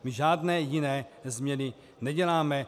My žádné jiné změny neděláme.